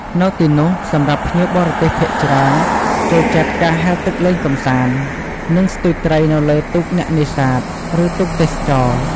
នៅទីនោះសម្រាប់ភ្ញៀវបរទេសភាគច្រើនចូលចិត្តការហែលទឹកលេងកម្សាន្ត និងស្ទួចត្រីនៅលើទូកអ្នកនេសាទ ឬទូកទេសចរណ៍។